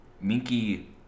minky